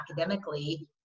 academically